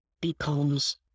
becomes